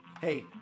Hey